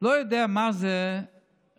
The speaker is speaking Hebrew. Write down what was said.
לא יודע מה זה רב-קו.